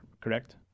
correct